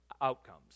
outcomes